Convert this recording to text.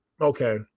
okay